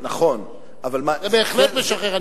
נכון, אבל, זה בהחלט משחרר.